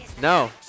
No